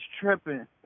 tripping